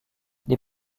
des